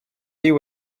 you